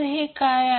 हे काय आहे